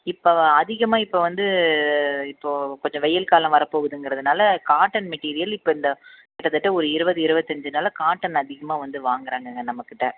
இப்போ அதிகமாக இப்போ வந்து இப்போது கொஞ்சம் வெயில் காலம் வரப்போகுதுங்கிறதுனால காட்டன் மெட்டிரியல் இப்போ இந்த கிட்டத்தட்ட இருபது இருபத்தஞ்சு நாளாக காட்டன் அதிகமாக வந்து வாங்குகிறாங்கங்க நம்மக்கிட்டே